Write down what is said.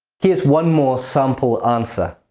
here's one more sample answer